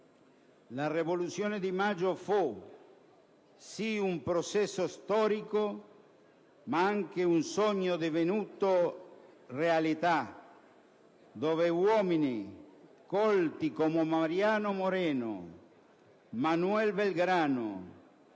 La "Rivoluzione di maggio" fu sì un processo storico ma anche un sogno divenuto realtà, dove uomini colti, come Mariano Moreno, Manuel Belgrano